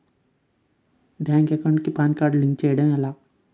Bank account కి PAN card link చేయడం ఎలా?